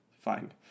fine